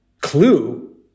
clue